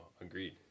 Agreed